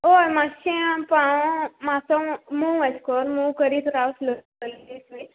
होय मातशें आतां हांव म्हाका मू येसो कर मू करीत राव स्लो स्लो